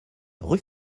rue